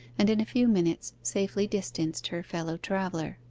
and in a few minutes safely distanced her fellow-traveller.